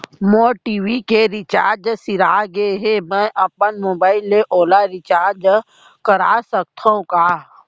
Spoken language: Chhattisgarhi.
मोर टी.वी के रिचार्ज सिरा गे हे, मैं अपन मोबाइल ले ओला रिचार्ज करा सकथव का?